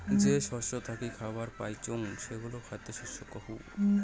যে শস্য থাকি খাবার পাইচুঙ সেগুলা খ্যাদ্য শস্য কহু